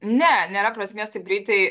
ne nėra prasmės taip greitai